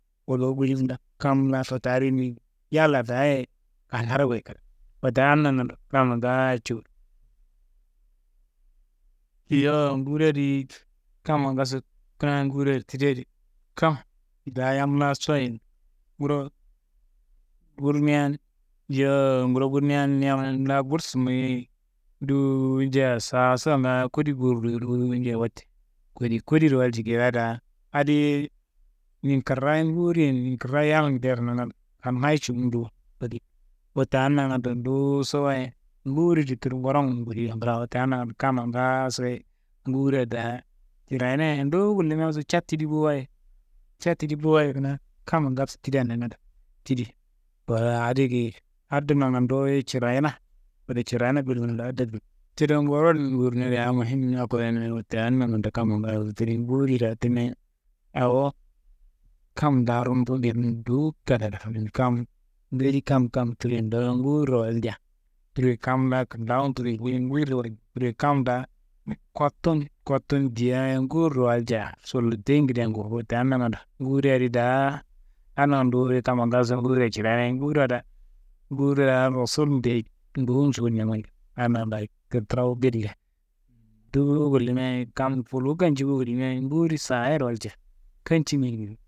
Kuluwu bilim laa, kam laaso daa rimi, yalla daaye anaaro goyo kada. Wote adi nangando, kamma ngaayo cuwu. Yowo nguri adi, kamma ngaaso kuna nguri adi tidi adi kam daa yam laa soyin nguro burnian, yowo nguro burnian yamma laa gursu mayiyei dowo nja saaso ngaayo kodi boro dowuyi dowo nja, wote kodi, kodiro walji geyiwa daa, adiye ninkrayi nguriyen, ninkrayi yalngiyero nangando kannayi ceni do kodi. Wote adi nangando duwuso wayi nguri cuyu tudu ngurongun nguri nglawo, wote adi nangando kamma ngaasoyi nguria daa noyina ye, nduwu gullimiaso ca tidi bo waye, ca tidi bo waye kuna kamma ngaaso tidia nangando tidi, waa adi geyi, adi nangando nduwu ye cirayina, wote cirayina billo, tide nguron ngurine adi awo muhim na koyina ye. Wote adi nangando kamma ngaayo tidi, nguri daa timia awo kam daa rumburo, kam ngili kam kam turiyendoro nguriro walja turiyoyi, kam laa kintawun turiyoyi bo- ye nguriro walja turiyoyi, kam daa kottu n kottu n diaye nguriro walja solloteingedea ngufuwo. Wote adi nangando nguri adi daa. Adi nangando nduwu ye kamma ngaaso nguria cirayinaye, nguria daa. Nguria awo Rosulundeyi ngowun cudina nangando adi nangando kitirawu biliye, nduwu gullimia ye kam kuluwu kanci bo gullimia ye nguri saayero walja kanci.